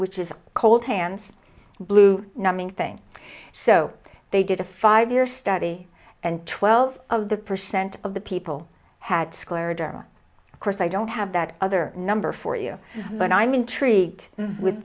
which is called hands blue numbing thing so they did a five year study and twelve of the percent of the people had squared of course i don't have that other number for you but i'm intrigued with